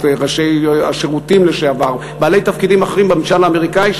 את ראשי השירותים לשעבר ובעלי תפקידים אחרים בממשל האמריקני,